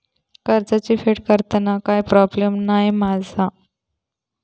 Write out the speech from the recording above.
कर्जाची फेड करताना काय प्रोब्लेम नाय मा जा?